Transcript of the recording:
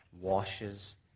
washes